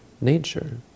nature